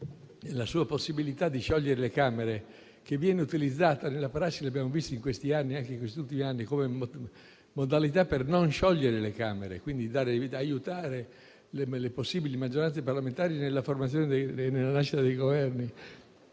sua possibilità di sciogliere le Camere, che viene utilizzata nella prassi - come abbiamo visto anche in questi ultimi anni - come modalità per non sciogliere le Camere e, quindi, per aiutare le possibili maggioranze parlamentari nella nascita dei Governi,